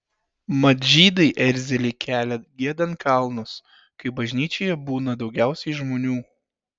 mat žydai erzelį kelia giedant kalnus kai bažnyčioje būna daugiausiai žmonių